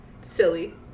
silly